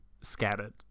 scattered